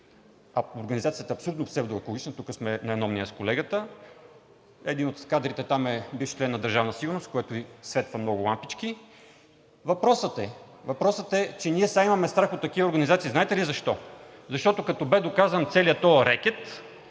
организацията е абсолютно псевдоекологична, тук сме на едно мнение с колегата. Единият от кадрите там е бивш член на Държавна сигурност, което светва много лампички. Въпросът е, че сега имаме страх от такива организации. Знаете ли защо? Защото, като бе доказан целият този рекет,